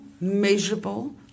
measurable